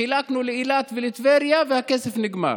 חילקנו לאילת ולטבריה והכסף נגמר.